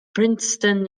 princeton